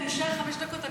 אני אעניין גם אותך, לא?